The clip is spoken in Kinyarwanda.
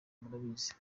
murabizi